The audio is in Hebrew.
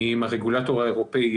עם הרגולטור האירופאי,